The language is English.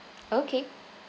okay